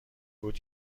بود